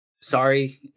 Sorry